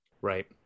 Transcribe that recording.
right